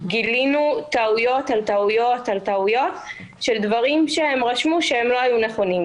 גילינו טעויות על גבי טעויות של דברים שהם רשמו שהם לא היו נכונים,